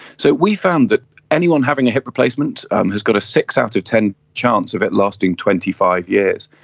so we found that anyone having a hip replacement um has got a six out of ten chance of it lasting twenty five years.